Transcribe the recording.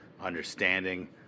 understanding